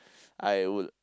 I would